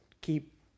keep